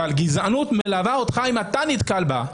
אבל גזענות מלווה אותך אם אתה נתקל בה.